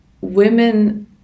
women